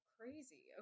crazy